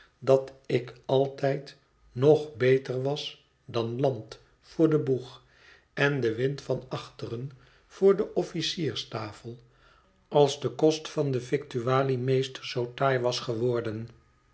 dat ik altijd nog beter was dan land voor den boeg en den wind van achteren voor de onderofficierstafel als de kost van den victualiemeester zoo taai was geworden